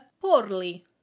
poorly